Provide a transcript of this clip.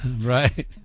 Right